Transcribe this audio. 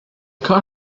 car